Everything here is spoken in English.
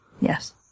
Yes